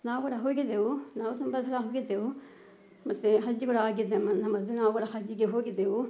ನಾವು ಕೂಡ ಹೋಗಿದ್ದೆವು ನಾವು ತುಂಬ ಸಲ ಹೋಗಿದ್ದೆವು ಮತ್ತೆ ಹಜ್ ಕೂಡ ಹಾಗೆಯೇ ನ ಮದಿನಾ ಕೂಡ ಹಜ್ಗೆ ಹೋಗಿದ್ದೆವು